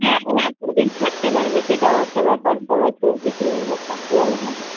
হ্যাঁ হ্যাঁ দু দিন থাকতে পারবে সেটাও একটা ব্যাপার সবাই তো বেশি দিন ধর থাকতে পারবে না